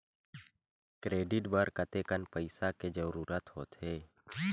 Credit बर कतेकन पईसा के जरूरत होथे?